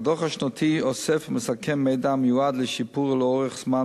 הדוח השנתי אוסף ומסכם מידע המיועד לשיפור לאורך זמן